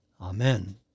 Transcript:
Amen